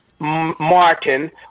Martin